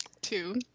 two